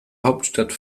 hauptstadt